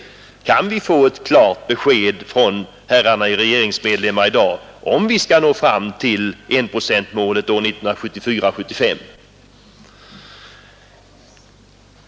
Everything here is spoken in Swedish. Kan vi få ett klart besked från herrar regeringsmedlemmar i dag om vi skall nå fram till enprocentsmålet 1974/75?